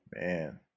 man